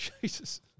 Jesus